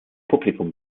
publikum